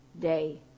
day